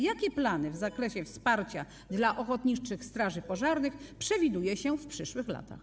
Jakie plany w zakresie wsparcia dla ochotniczych straży pożarnych przewiduje się w przyszłych latach?